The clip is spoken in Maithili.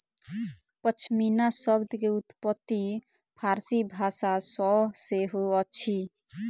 पश्मीना शब्द के उत्पत्ति फ़ारसी भाषा सॅ सेहो अछि